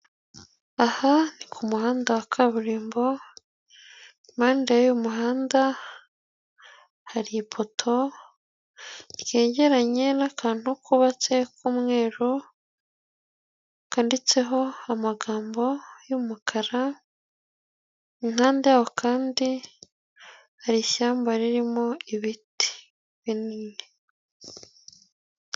Aha ni ku kumuhanda wa kaburimbo impande y'uwo muhanda hari ipoto ryegeranye n'akantu kubatse k'umweru kandiditseho amagambo y'umukara, impande y'aho kandi hari ishyamba ririmo ibiti binini.